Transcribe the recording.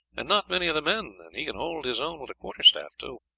and not many of the men and he can hold his own with a quarter-staff too.